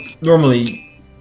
normally